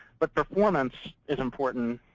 but performance is important